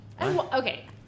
Okay